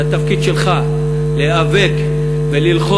זה התפקיד שלך להיאבק וללחוץ,